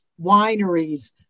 wineries